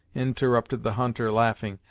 interrupted the hunter, laughing.